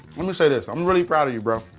let me say this, i'm really proud of you, bro.